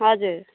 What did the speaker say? हजुर